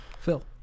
Phil